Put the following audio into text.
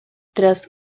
tras